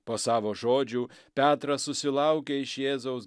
po savo žodžių petras susilaukė iš jėzaus